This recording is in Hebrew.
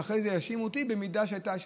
שאחרי זה יאשימו אותי אם היה משהו.